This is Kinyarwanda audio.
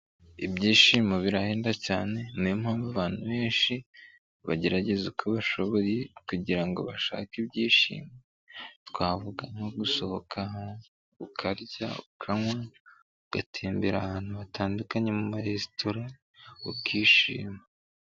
Ibyishimo birahenda cyane niyo mpamvu abantu benshi bagerageza uko bashoboye kugira ngo bashake ibyishimo. Twavuga nko gusohoka ukarya, ukanywa, ugatembera ahantu hatandukanye mu maresitora ukishima.